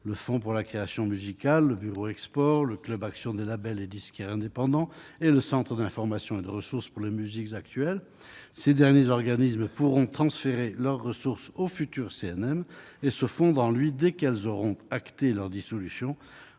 le Fonds pour la création musicale, le Burex, le Club action des labels et des disquaires indépendants et le Centre d'information et de ressources pour les musiques actuelles. Ces derniers organismes pourront transférer leurs ressources au futur CNM et se fondre en lui dès qu'ils auront entériné leur dissolution,